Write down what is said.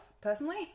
personally